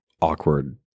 awkward